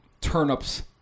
turnips